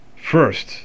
first